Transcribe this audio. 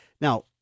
now